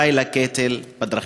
די לקטל בדרכים.